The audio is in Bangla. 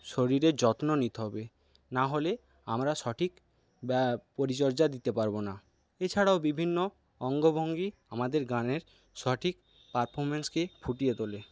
শরীরের যত্ন নিতে হবে না হলে আমরা সঠিক পরিচর্যা দিতে পারবো না এছাড়াও বিভিন্ন অঙ্গভঙ্গি আমাদের গানের সঠিক পারফর্মেন্সকে ফুটিয়ে তোলে